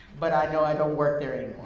but i know i don't work there